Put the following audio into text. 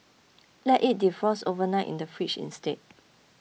let it defrost overnight in the fridge instead